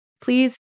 please